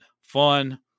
fun